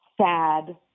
sad